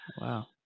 Wow